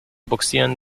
bugsieren